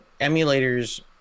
emulators